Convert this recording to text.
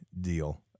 deal